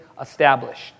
established